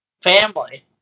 family